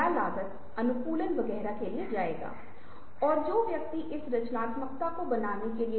एक क्षण को एक फोटोग्राफिक तरीके से कैप्चर करें लेकिन एक छाप ने एक आंदोलन को एक साथ जन्म दिया